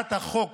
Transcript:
הצעת החוק